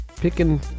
picking